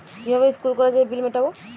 কিভাবে স্কুল কলেজের বিল মিটাব?